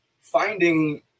finding